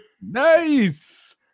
Nice